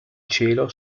cielo